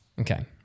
Okay